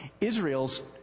Israel's